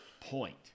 point